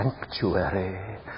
sanctuary